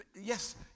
Yes